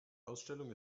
ausstellung